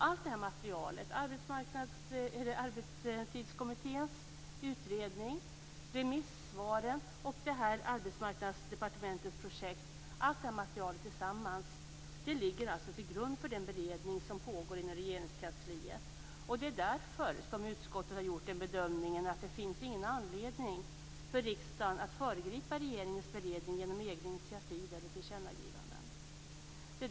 Allt detta material, Arbetstidskommitténs utredning, remissvaren och Arbetsmarknadsdepartementets projekt, ligger till grund för den beredning som pågår inom Regeringskansliet. Därför har utskottet gjort bedömningen att det inte finns någon anledning för riksdagen att föregripa regeringens beredning genom egna initiativ eller tillkännagivanden.